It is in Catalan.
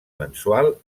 mensual